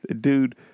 Dude